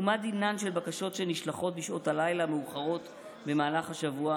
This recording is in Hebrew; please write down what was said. ומה דינן של בקשות שנשלחות בשעות הלילה המאוחרות במהלך השבוע,